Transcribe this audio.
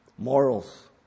Morals